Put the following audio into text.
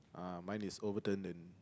uh mine is overturned and